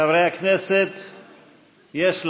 של קבוצת סיעת הרשימה